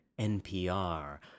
npr